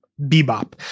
bebop